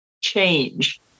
change